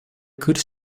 could